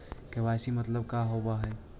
KYC मतलब का होव हइ?